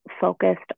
focused